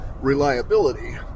reliability